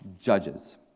judges